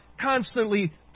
constantly